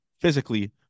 physically